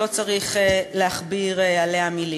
שלא צריך להכביר עליה מילים.